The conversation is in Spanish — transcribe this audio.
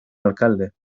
alcalde